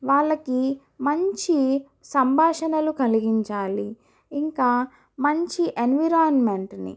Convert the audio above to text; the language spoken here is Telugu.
వాళ్ళకి మంచి సంభాషణలు కలిగించాలి ఇంకా మంచి ఎన్విరాన్మెంట్ని